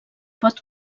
pot